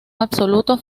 absoluto